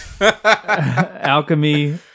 alchemy